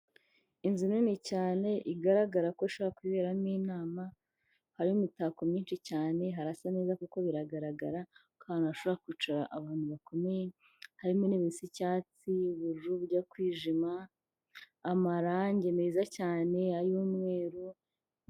Inzu nini cyane igaragara ko ishobora kuberamo inama, harimo imitako myinshi cyane, harasa neza koko biragaragara ko aho hantu hashobora kwicara abantu bakomeye, harimo intebe z'icyatsi, ubururu bujya kwijima, amarange meza cyane ay'umweru.